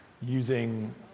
using